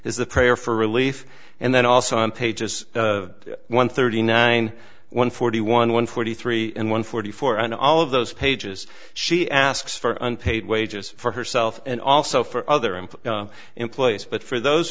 is the prayer for relief and then also on pages one thirty nine one forty one one forty three and one forty four and all of those pages she asks for unpaid wages for herself and also for other employee in place but for those